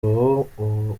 ubu